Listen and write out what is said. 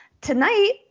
Tonight